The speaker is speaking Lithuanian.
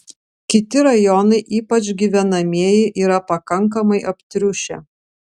kiti rajonai ypač gyvenamieji yra pakankamai aptriušę